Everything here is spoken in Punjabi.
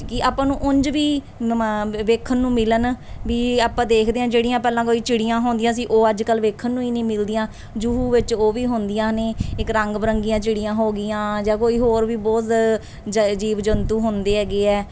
ਕਿ ਆਪਾਂ ਨੂੰ ਉਂਝ ਵੀ ਨਵਾਂ ਵ ਵੇਖਣ ਨੂੰ ਮਿਲਣ ਵੀ ਆਪਾਂ ਦੇਖਦੇ ਹਾਂ ਜਿਹੜੀਆਂ ਪਹਿਲਾਂ ਕੋਈ ਚਿੜੀਆਂ ਹੁੰਦੀਆਂ ਸੀ ਉਹ ਅੱਜ ਕੱਲ੍ਹ ਵੇਖਣ ਨੂੰ ਹੀ ਨਹੀਂ ਮਿਲਦੀਆਂ ਜੁਹੂ ਵਿੱਚ ਉਹ ਵੀ ਹੁੰਦੀਆਂ ਨੇ ਇੱਕ ਰੰਗ ਬਿਰੰਗੀਆਂ ਚਿੜੀਆਂ ਹੋ ਗਈਆਂ ਜਾਂ ਕੋਈ ਹੋਰ ਵੀ ਬਹੁਤ ਜ ਜੀਵ ਜੰਤੂ ਹੁੰਦੇ ਹੈਗੇ ਹੈ